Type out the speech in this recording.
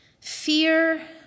fear